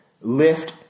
lift